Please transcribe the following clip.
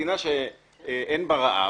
מדינה שאין בה רעב,